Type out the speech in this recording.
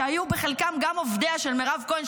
שהיו בחלקם גם עובדיה של מירב כהן,